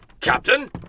Captain